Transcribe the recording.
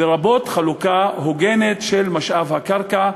לרבות חלוקה הוגנת של משאב הקרקע,